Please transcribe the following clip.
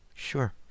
sure